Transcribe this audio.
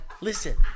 Listen